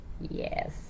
Yes